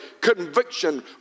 Conviction